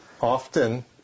Often